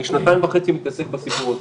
אני שנתיים וחצי מתעסק בסיפור הזה.